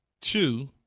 Two